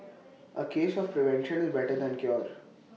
A case of prevention is better than cured